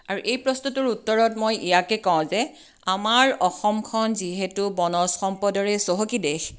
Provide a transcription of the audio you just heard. আৰু এই প্ৰশ্নটোৰ উত্তৰত মই ইয়াকে কওঁ যে আমাৰ অসমখন যিহেতু বনজ সম্পদৰে চহকী দেশ